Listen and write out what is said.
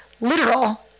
literal